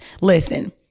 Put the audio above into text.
Listen